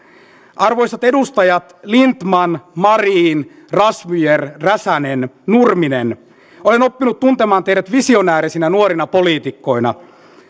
arvoisat edustajat lindtman marin razmyar räsänen nurminen olen oppinut tuntemaan teidät visionäärisinä nuorina poliitikkoina